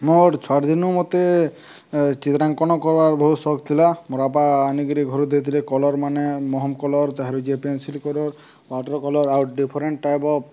ମୋର ଛୁଆର୍ ଦିନୁ ମତେ ଚିତ୍ରାଙ୍କନ କର୍ବାର ବହୁତ ସଉକ ଥିଲା ମୋର ବାପା ଆଣିକିରି ଘରୁ ଦେଇଥିଲେ କଲର୍ ମାନେ ମହମ କଲର୍ ତାହାରୁ ଯିଏ ପେନସିଲ୍ କଲର୍ ୱାଟର କଲର୍ ଆହୁରି ଡିଫରେଣ୍ଟ ଟାଇପ୍ ଅଫ୍